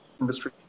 industry